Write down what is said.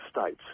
states